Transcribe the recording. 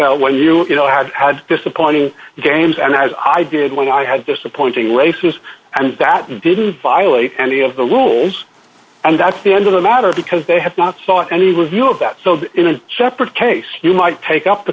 did when you had had disappointing games and as i did when i had disappointing races and that didn't violate any of the rules and that's the end of the matter because they have not sought any with you about so in a separate case you might take up the